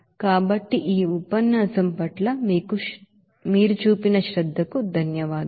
కాబట్టి ఈ ఉపన్యాసం పట్ల మీ శ్రద్ధకు ధన్యవాదాలు